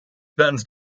benz